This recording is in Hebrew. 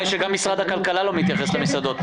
היא שגם משרד הכלכלה לא מתייחס למסעדות.